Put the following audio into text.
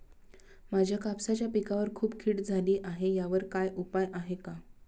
माझ्या कापसाच्या पिकावर खूप कीड झाली आहे यावर काय उपाय आहे का?